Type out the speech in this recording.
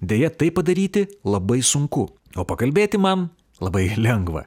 deja tai padaryti labai sunku o pakalbėti man labai lengva